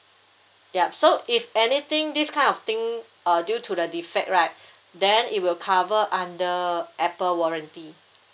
yup so if anything this kind of thing uh due to the defect right then it will cover under Apple warranty